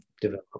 develop